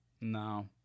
No